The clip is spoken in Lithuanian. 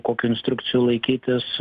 kokių instrukcijų laikytis